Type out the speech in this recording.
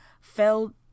fell